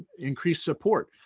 increase support.